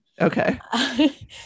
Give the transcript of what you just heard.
okay